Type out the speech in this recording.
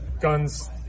guns